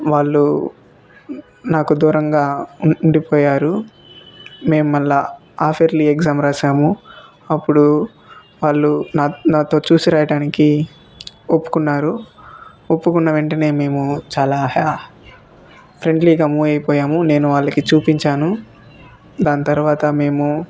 వాళ్ళు నాకు దూరంగా ఉం ఉండిపోయారు మేము మళ్ళా హాఫ్ ఇయర్లీ ఎగ్జామ్ వ్రా సాము అప్పుడు వాళ్ళు నాతో నాతో చూసి వ్రాయడానికి ఒప్పుకున్నారు ఒప్పుకున్న వెంటనే మేము చాలా హా ఫ్రెండ్లిగా మూవ్ అయిపోయాము నేను వాళ్ళకి చూపించాను దాని తర్వాత మేము